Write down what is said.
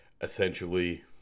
essentially